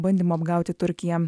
bandymu apgauti turkiją